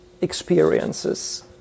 experiences